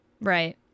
Right